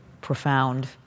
profound